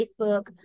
facebook